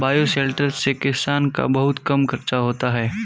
bioshelter से किसान का बहुत कम खर्चा होता है